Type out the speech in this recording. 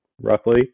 roughly